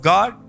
God